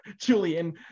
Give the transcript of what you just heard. Julian